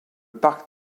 parc